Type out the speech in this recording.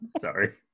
Sorry